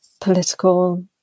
political